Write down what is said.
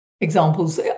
examples